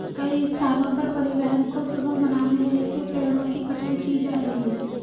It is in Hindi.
कई स्थानों पर परिवहन को सुगम बनाने हेतु पेड़ों की कटाई की जा रही है